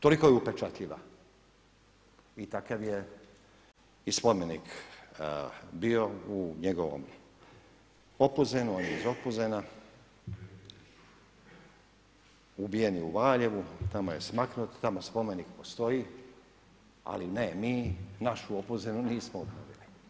Toliko je upečatljiva i takav je i spomenik bio u njegovom Opuzenu, on je iz Opuzena, ubijen je u Valjevu, tamo je smaknut, tamo spomenik postoji ali ne, mi naš u Opuzenu nismo obnovili.